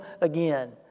again